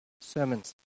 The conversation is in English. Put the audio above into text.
sermons